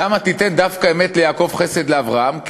למה תיתן דווקא אמת ליעקב, חסד, לאברהם?